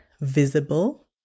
visible